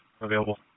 available